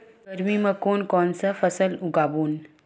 गरमी मा कोन कौन से फसल उगाबोन?